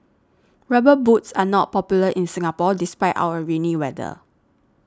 rubber boots are not popular in Singapore despite our rainy weather